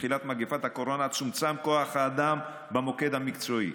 בתחילת מגפת הקורונה צומצם כוח האדם במוקד המקצועי.